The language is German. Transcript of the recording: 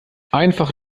einfach